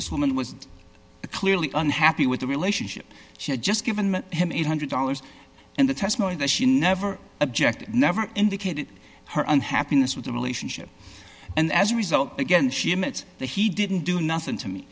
this woman was clearly unhappy with the relationship she had just given him eight hundred dollars and the testimony that she never objected never indicated her unhappiness with the relationship and as a result again she admits that he didn't do nothing to me